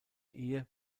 ehe